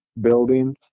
buildings